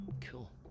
cool